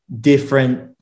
different